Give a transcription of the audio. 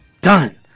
done